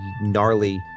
gnarly